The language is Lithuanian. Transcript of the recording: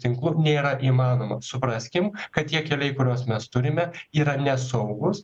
tinklo nėra įmanomao supraskim kad tie keliai kuriuos mes turime yra nesaugūs